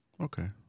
okay